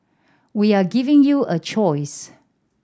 we are giving you a choice